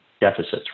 deficits